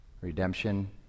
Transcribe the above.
redemption